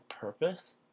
purpose